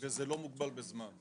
זה לא מוגבל בזמן.